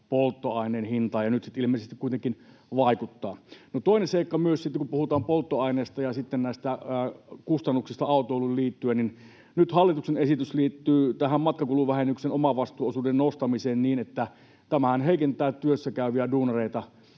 polttoaineen hintaan, ja nyt ne sitten ilmeisesti kuitenkin vaikuttavat. No, toinen seikka on sitten myös se, kun puhutaan polttoaineista ja sitten näistä kustannuksista autoiluun liittyen, että nyt hallituksen esitys liittyy matkakuluvähennyksen omavastuuosuuden nostamiseen niin, että tämähän heikentää työssäkäyvien duunareiden